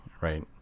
right